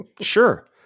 Sure